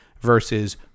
versus